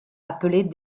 appelés